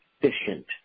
efficient